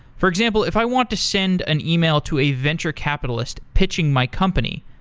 for example, if i want to send an email to a venture capitalist pitching my company,